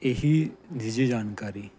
ਇਹੀ ਨਿੱਜੀ ਜਾਣਕਾਰੀ